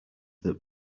that